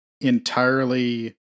entirely